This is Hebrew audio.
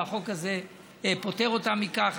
והחוק הזה פוטר אותם מכך.